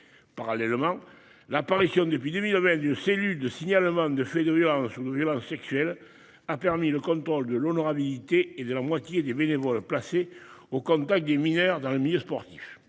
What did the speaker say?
Parallèlement, l'apparition d'épidémies. Une cellule de signalement de faits de violence ou nous violences sexuelles a permis le contrôle de l'honorabilité et de la moitié des bénévoles placés au contact des mineurs dans le milieu sportif.